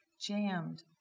jammed